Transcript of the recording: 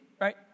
right